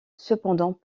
cependant